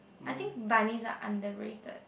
I think bunnies are underrated